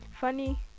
funny